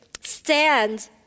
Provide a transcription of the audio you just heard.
stand